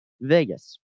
Vegas